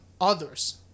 others